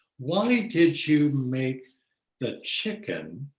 why did you make the chicken